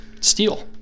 Steel